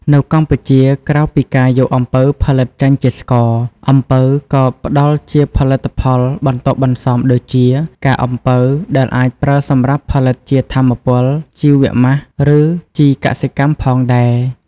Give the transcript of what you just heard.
នៅកម្ពុជា ក្រៅពីការយកអំពៅផលិតចេញជាស្ករ អំពៅក៏ផ្ដល់ជាផលិតផលបន្ទាប់បន្សំដូចជា កាកអំពៅ ដែលអាចប្រើសម្រាប់ផលិតជាថាមពល ជីវម៉ាស់ ឬជីកសិកម្មផងដែរ។